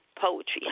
Poetry